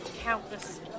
countless